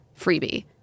freebie